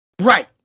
Right